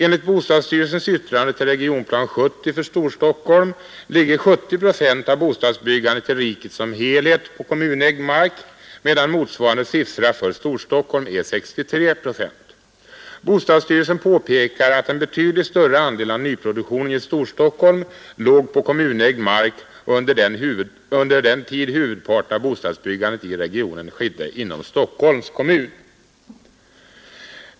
Enligt bostadsstyrelsens yttrande till Regionplan 70 för Storstockholm ligger 70 procent av bostadsbyggandet i riket som helhet på kommunägd mark medan motsvarande siffra för Storstockholm är 63 procent. Bostadsstyrelsen påpekar att en betydligt större andel av nyproduktionen i Storstockholm låg på kommunägd mark under den tid huvudparten av bostadsbyggandet i regionen skedde inom Stockholms kommun.